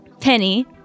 Penny